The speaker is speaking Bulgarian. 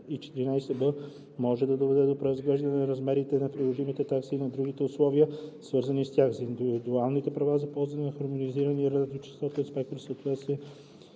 114б може да доведе до преразглеждане на размерите на приложимите такси и на други условия, свързани с тях, за индивидуалните права за ползване на хармонизиран радиочестотен спектър в съответната